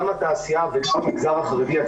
גם התעשייה וגם המגזר החרדי,